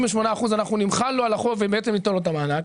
ב-39% או ב-38% אנחנו נמחל לו על החוב ובעצם ניתן לו את המענק,